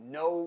no